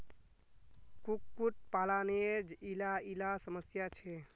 कुक्कुट पालानेर इला इला समस्या छे